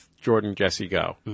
Jordan-Jesse-Go